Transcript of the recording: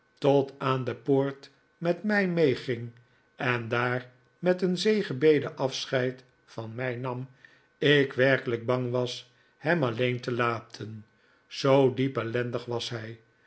tot aan de poort met mij meeging en daar met een zegenbede afscheid van mij nam ik werkelijk bang was hem alleen te laten zoo diep ellendig was hij